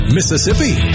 Mississippi